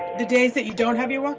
the days that you don't have your